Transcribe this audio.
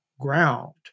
ground